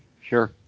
Sure